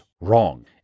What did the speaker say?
wrong